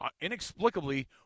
inexplicably